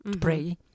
pray